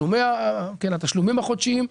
עם התשלומים החודשיים,